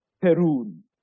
Perun